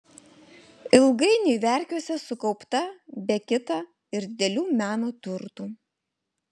ilgainiui verkiuose sukaupta be kita ir didelių meno turtų